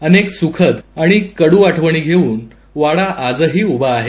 अनेक सुखद आणि कडू आठवणी घेऊन वाडा आजही उभा आहे